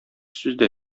сүздә